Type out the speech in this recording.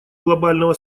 глобального